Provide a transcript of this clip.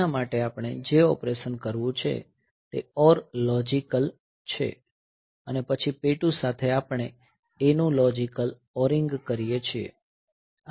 તેના માટે આપણે જે ઓપરેશન કરવું છે તે OR લોજિકલ છે અને પછી P2 સાથે આપણે A નું લોજિકલ ઓરિંગ કરીએ છીએ